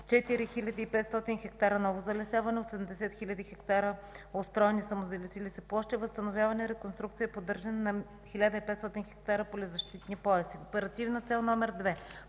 4500 хектара ново залесяване, 80 хил. хектара устроени и самозалесили се площи, възстановяване, реконструкция и поддържане на 1500 хектара полезащитни пояси. Оперативна цел № 2,